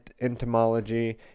entomology